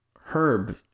Herb